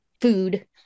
food